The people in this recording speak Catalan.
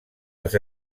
les